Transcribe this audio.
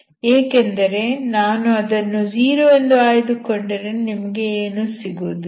ಏಕೆಂದರೆ ನಾನು ಅದನ್ನು 0 ಎಂದು ಆಯ್ದುಕೊಂಡರೆ ನಿಮಗೆ ಏನೂ ಸಿಗುವುದಿಲ್ಲ